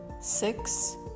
Six